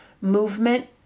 movement